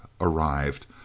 arrived